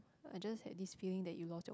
I just had this feeling that you lost your